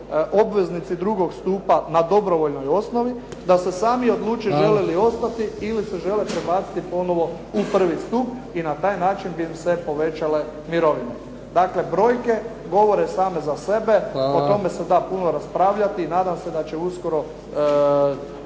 obveznici drugog stupa na dobrovoljnoj osnovi da se sami odluče žele li ostati ili se žele prebaciti ponovo u prvi stup i na taj način bi se povećale mirovine. Dakle, brojke govore same za sebe, o tome se da puno raspravljati i nadam se da će uskoro